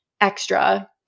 extra